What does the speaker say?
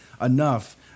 enough